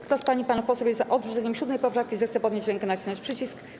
Kto z pań i panów posłów jest za odrzuceniem 7. poprawki, zechce podnieść rękę i nacisnąć przycisk.